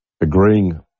agreeing